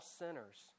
sinners